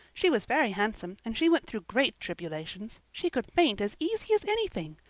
she was very handsome and she went through great tribulations. she could faint as easy as anything.